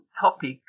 topic